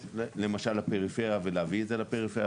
למשל לפריפריה ולהביא את זה לפריפריה.